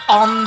on